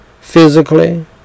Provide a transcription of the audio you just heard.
Physically